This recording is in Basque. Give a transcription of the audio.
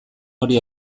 hori